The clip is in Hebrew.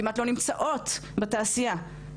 כמעט לא נמצאות בתעשייה.